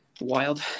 Wild